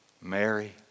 Mary